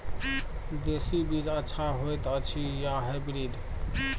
देसी बीज अच्छा होयत अछि या हाइब्रिड?